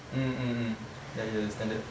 mmhmm ya ya ya standard